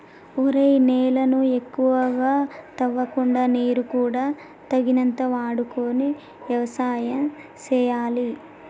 ఒరేయ్ నేలను ఎక్కువగా తవ్వకుండా నీరు కూడా తగినంత వాడుకొని యవసాయం సేయాలి